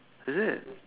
is it